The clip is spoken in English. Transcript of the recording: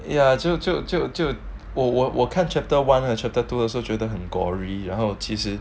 ya 就就就就我我我看 chapter one to chapter two 的时候觉得很 gory 然后其实